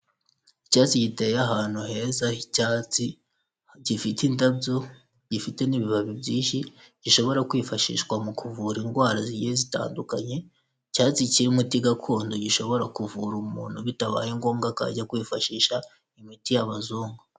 Icyatsi giteye ahantu heza h'icyatsi, gifite indabyo gifite n'ibibabi byinshi gishobora kwifashishwa mu kuvura indwaraye zitandukanye. Icyatsi kiri umuti gakondo gishobora kuvura umuntu bitabaye ngombwa ko ajya kwifashisha imiti y'abazungu.